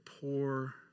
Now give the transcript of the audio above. poor